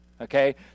Okay